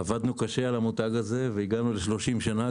עבדנו קשה על המותג הזה והגענו לשלושים שנה.